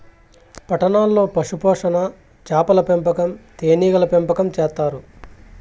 పట్టణాల్లో పశుపోషణ, చాపల పెంపకం, తేనీగల పెంపకం చేత్తారు